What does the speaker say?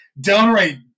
downright